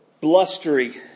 blustery